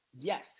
Yes